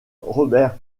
robert